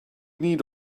need